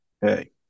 Hey